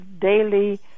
daily